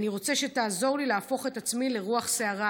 אני רוצה שתעזור לי להפוך את עצמי לרוח סערה,